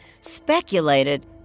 speculated